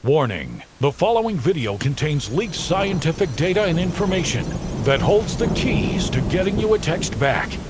warning the following video contains leaked scientific data and information that holds the keys to getting you a text back,